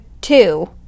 two